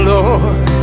Lord